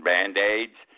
Band-Aids